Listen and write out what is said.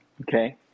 okay